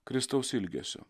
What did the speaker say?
kristaus ilgesio